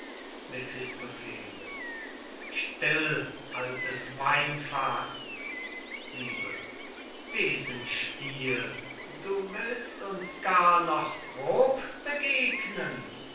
still altes weinfaß besenstiel du willst uns gar noch grob begegnen